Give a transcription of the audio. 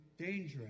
dangerous